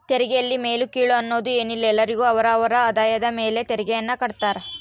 ತೆರಿಗೆಯಲ್ಲಿ ಮೇಲು ಕೀಳು ಅನ್ನೋದ್ ಏನಿಲ್ಲ ಎಲ್ಲರಿಗು ಅವರ ಅವರ ಆದಾಯದ ಮೇಲೆ ತೆರಿಗೆಯನ್ನ ಕಡ್ತಾರ